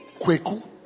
Kweku